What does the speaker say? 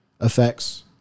effects